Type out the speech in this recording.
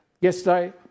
yesterday